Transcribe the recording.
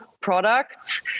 products